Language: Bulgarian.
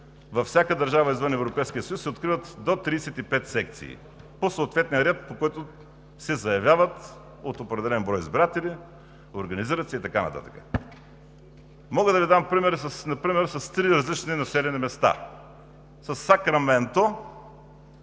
във всяка държава извън Европейския съюз се откриват до 35 секции по съответния ред, по който се заявяват от определен брой избиратели, организират се и така нататък. Мога да Ви дам примери с три различни населени места – със Сакраменто,